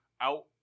out